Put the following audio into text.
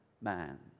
man